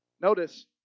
Notice